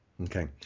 Okay